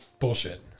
Bullshit